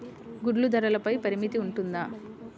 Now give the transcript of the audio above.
గుడ్లు ధరల పై పరిమితి ఉంటుందా?